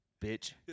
bitch